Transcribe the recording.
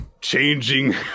changing